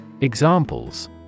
Examples